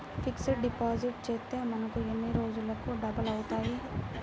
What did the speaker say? Fixed deposit చేస్తే మనకు ఎన్ని రోజులకు డబల్ అవుతాయి?